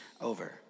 over